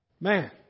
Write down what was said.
Man